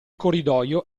corridoio